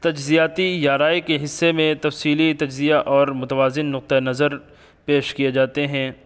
تجزیاتی یا رائے کے حصے میں تفصیلی تجزیہ اور متوازن نقطۂ نظر پیش کئے جاتے ہیں